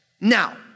Now